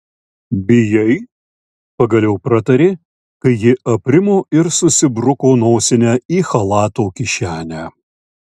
bijai pagaliau pratarė kai ji aprimo ir susibruko nosinę į chalato kišenę